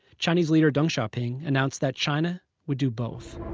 chinese leader deng xiaoping announced that china would do both